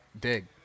dig